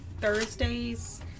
Thursday's